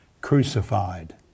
crucified